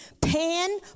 pan